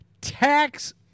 tax